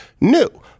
new